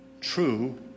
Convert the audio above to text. true